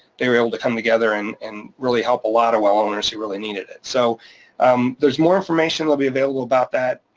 they were able to come together and and really help a lot of well owners who really needed it. so um there's more information that'll be available about that